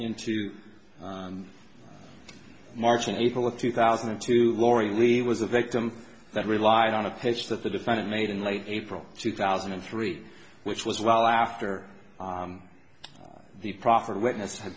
into march and april of two thousand and two lori levy was a victim that relied on a pitch that the defendant made in late april two thousand and three which was well after the proffer witness h